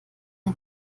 den